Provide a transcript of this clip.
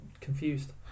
confused